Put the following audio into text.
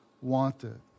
wanted